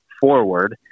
forward